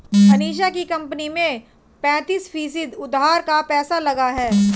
अनीशा की कंपनी में पैंतीस फीसद उधार का पैसा लगा है